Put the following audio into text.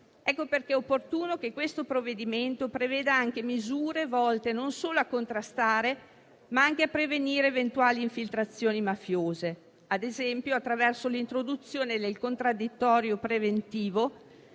Ecco perché è opportuno che questo provvedimento preveda anche misure volte non solo a contrastare, ma anche a prevenire eventuali infiltrazioni mafiose, ad esempio attraverso l'introduzione del contraddittorio preventivo,